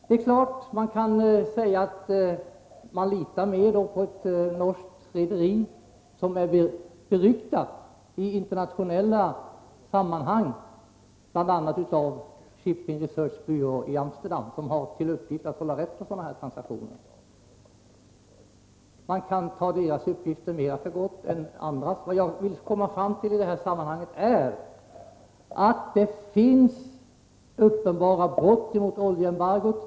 Det är klart att man kan säga att man litar mer på ett norskt rederi — vilket är beryktat i internationella sammanhang redan genom arbetet inom Shipping Research Bureau i Amsterdam, som har till uppgift att hålla rätt på sådana här transaktioner! Man kan ta rederiets uppgifter för gott, tro mer på dem än på andras. Vad jag vill komma fram till i detta sammanhang är att det har förekommit uppenbara brott mot oljeembargot.